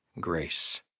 grace